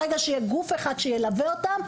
וברגע שיהיה גוף אחד שילווה אותם,